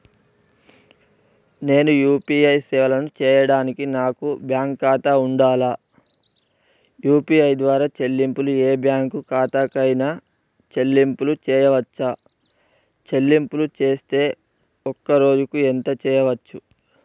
నేను యూ.పీ.ఐ సేవలను చేయడానికి నాకు బ్యాంక్ ఖాతా ఉండాలా? యూ.పీ.ఐ ద్వారా చెల్లింపులు ఏ బ్యాంక్ ఖాతా కైనా చెల్లింపులు చేయవచ్చా? చెల్లింపులు చేస్తే ఒక్క రోజుకు ఎంత చేయవచ్చు?